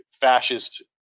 fascist